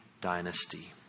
dynasty